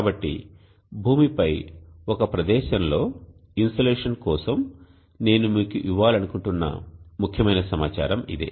కాబట్టి భూమిపై ఒక ప్రదేశంలో ఇన్సోలేషన్ కోసం నేను మీకు ఇవ్వాలనుకుంటున్న ముఖ్యమైన సమాచారం ఇదే